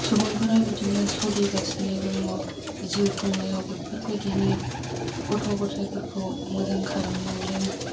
सुबुंफोरा बिदिनो सलिगासिनो दङ जिउ खुंनायाव बेफोरबायदिनो गथ' गथाइफोरखौ मोजां खालामलांदों